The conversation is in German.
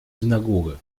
synagoge